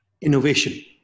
innovation